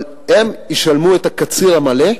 אבל הם ישלמו על הקציר המלא.